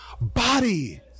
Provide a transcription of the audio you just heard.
body